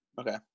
Okay